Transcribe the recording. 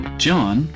John